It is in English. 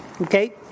Okay